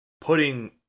putting